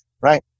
right